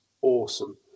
awesome